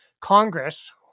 Congress